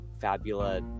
Fabula